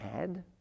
add